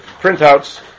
printouts